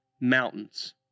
mountains